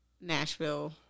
Nashville